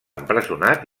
empresonat